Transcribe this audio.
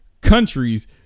countries